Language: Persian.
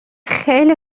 خیلی